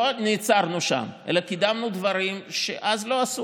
לא נעצרנו שם אלא קידמנו דברים שאז לא עשו,